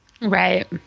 Right